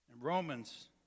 Romans